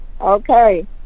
Okay